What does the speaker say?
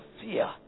fear